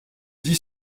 dit